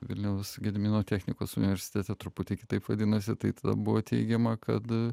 vilniaus gedimino technikos universitete truputį kitaip vadinasi tai buvo teigiama kad